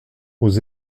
aux